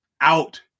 out